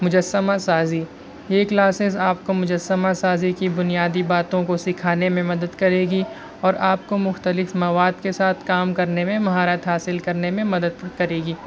مجسمہ سازی یہ کلاسیز آپ کو مجسمہ سازی کی بنیادی باتوں کو سکھانے میں مدد کرے گی اور آپ کو مختلف مواد کے ساتھ کام کرنے میں مہارت حاصل کرنے میں مدد کرے گی